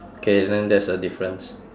K then that's a difference